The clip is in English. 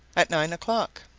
at nine o'clock.